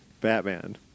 Batman